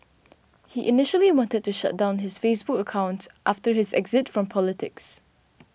he initially wanted to shut down his Facebook accounts after his exit from politics